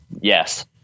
yes